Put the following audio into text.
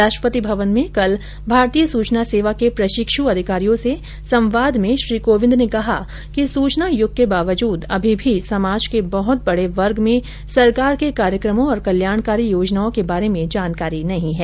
राष्ट्रपति भवन में कल भारतीय सूचना सेवा के प्रशिक्षु अधिकारियों से संवाद में श्री कोविंद ने कहा कि सूचना यूग के बावजूद अभी भी समाज के बहुत बेड़े वर्ग में सरकार के कार्यक्रमों और कल्याणकारी योजनाओं के बारे में जानकारी नहीं है